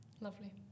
Lovely